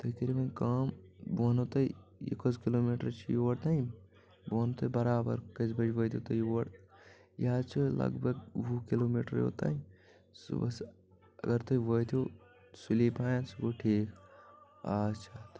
تُہۍ کٔرِو وۄنۍ کأم بہٕ ونو تۄہہِ یہِ کٔژ کِلوٗ میٖٹر چھ یور تأم بہٕ ونو تۄہہِ برابر کٔژِ بجہِ وأتِو تُہۍ یور یہِ حظ چھ لگ بگ وُہ کِلوٗ میٖٹر یوٚت تام صُبحس اگر تُہۍ وأتِو سُلی پہنۍ سُہ گوٚو ٹھیٖک اچھا